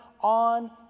on